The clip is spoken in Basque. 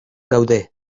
gaude